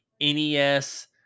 NES